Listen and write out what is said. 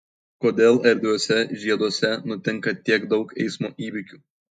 kodėl erdviuose žieduose nutinka tiek daug eismo įvykių